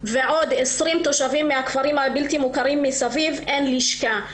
ועוד 20,000 תושבים מן הכפרים הבלתי מוכרים מסביב ואין אף לשכה.